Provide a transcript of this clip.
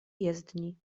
jezdni